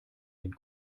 den